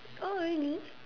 oh really